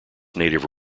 native